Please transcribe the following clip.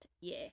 year